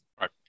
right